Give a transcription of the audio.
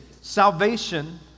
salvation